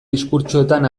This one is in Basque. diskurtsoetan